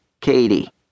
Katie